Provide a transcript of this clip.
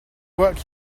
work